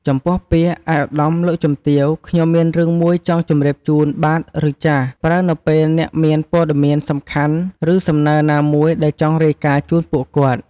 ចំពោះពាក្យ"ឯកឧត្តម លោកជំទាវ ខ្ញុំមានរឿងមួយចង់ជម្រាបជូនបាទ ឬ ចាស" ប្រើនៅពេលអ្នកមានព័ត៌មានសំខាន់ ឬសំណើណាមួយដែលចង់រាយការណ៍ជូនពួកគាត់។